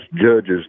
judges